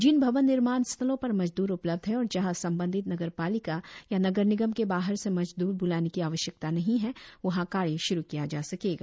जिन भवन निर्माण स्थलों पर मजद्र उपलब्ध हैं और जहां संबंधित नगरपालिका या नगर निगम के बाहर से मजद्र ब्लाने की आवश्यकता नहीं है वहां कार्य श्रू किया जा सकेगा